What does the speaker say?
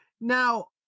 Now